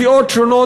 מסיעות שונות.